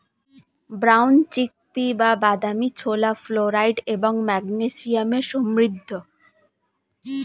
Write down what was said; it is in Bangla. ব্রাউন চিক পি বা বাদামী ছোলা ফ্লোরাইড এবং ম্যাগনেসিয়ামে সমৃদ্ধ